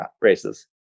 races